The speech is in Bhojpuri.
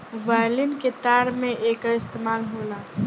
वायलिन के तार में एकर इस्तेमाल होला